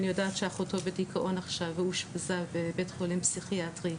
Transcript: אני יודעת שאחותו בדיכאון עכשיו ואושפזה בבית חולים פסיכיאטרי,